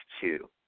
two